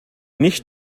nicht